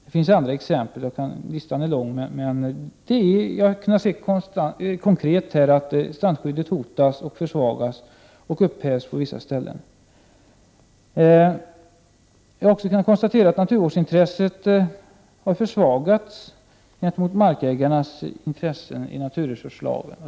Det finns en lång lista på andra exempel, där jag kan se konkret hur strandskyddet hotas, försvagas och på vissa ställen upphävs. Jag har också kunnat konstatera att naturvårdsintresset har försvagats gentemot markägarnas intressen i naturresurslagen.